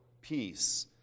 peace